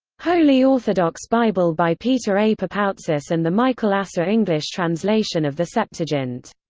holy orthodox bible by peter a. papoutsis and the michael asser english translation of the septuagint.